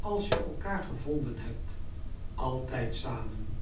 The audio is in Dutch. als je elkaar gevonden hebt altijd samen